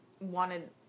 wanted